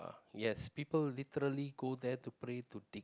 yes people literally go there to pray to dicks